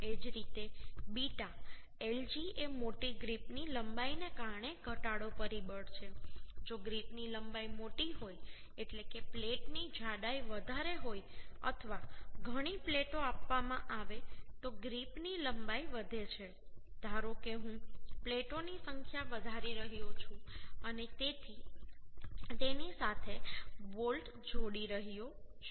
એ જ રીતે β lg એ મોટી ગ્રીપ ની લંબાઈને કારણે ઘટાડો પરિબળ છે જો ગ્રીપની લંબાઈ મોટી હોય એટલે કે પ્લેટની જાડાઈ વધારે હોય અથવા ઘણી પ્લેટો આપવામાં આવે તો ગ્રીપની લંબાઈ વધે છે ધારો કે હું પ્લેટોની સંખ્યા વધારી રહ્યો છું અને તેની સાથે બોલ્ટ જોડી રહ્યો છું